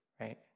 right